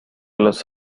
los